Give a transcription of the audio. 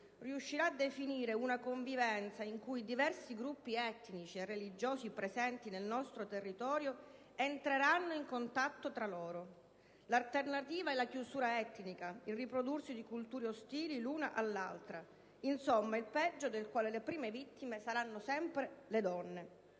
riuscirà a definire una convivenza in cui i diversi gruppi etnici e religiosi presenti nel nostro territorio entreranno in contatto tra loro. L'alternativa è la chiusura etnica, il riprodursi di culture ostili l'una all'altra; insomma, il peggio, del quale le prime vittime saranno sempre le donne.